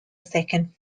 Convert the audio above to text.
second